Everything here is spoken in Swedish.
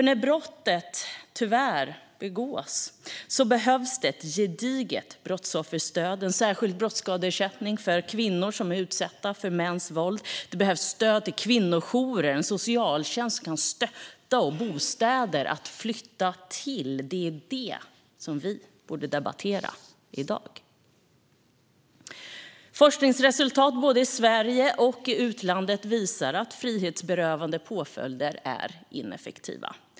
När brottet tyvärr begås behövs ett gediget brottsofferstöd och en särskild brottsskadeersättning för kvinnor som är utsatta för mäns våld. Det behövs stöd till kvinnojourer, en socialtjänst som kan stötta och bostäder att flytta till. Det är detta vi borde debattera i dag. Forskningsresultat både i Sverige och i utlandet visar att frihetsberövande påföljder är ineffektiva.